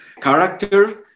character